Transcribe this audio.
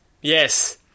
Yes